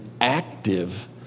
active